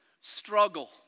struggle